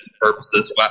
purposes